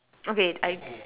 okay I